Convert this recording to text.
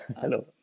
Hello